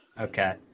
Okay